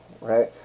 right